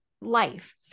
life